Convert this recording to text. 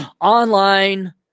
Online